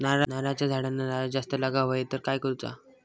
नारळाच्या झाडांना नारळ जास्त लागा व्हाये तर काय करूचा?